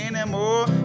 anymore